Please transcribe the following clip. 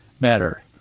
matter